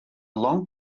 long